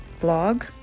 blog